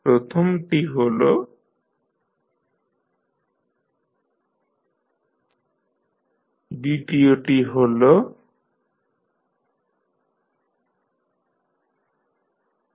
প্রথমটি হল d2y1dt24dy1dt 3y2tu1t দ্বিতীয়টি হল dy1dtdy2dty1t2y2tu2t